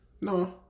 No